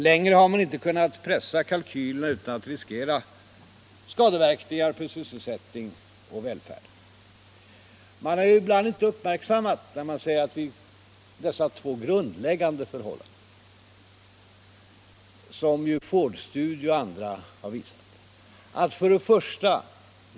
Längre har vi inte kunnat pressa kalkylerna utan att riskera skadeverkningar för sysselsättning och välfärd. Dessa två grundläggande förhållanden som Fordstudier och andra visat har ibland inte uppmärksammats. 1.